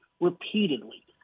repeatedly